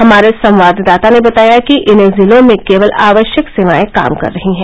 हमारे संवाददाता ने बताया है कि इन जिलों में केवल आवश्यक सेवाएं काम कर रही हैं